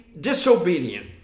disobedient